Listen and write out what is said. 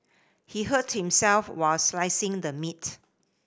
he hurt himself while slicing the meat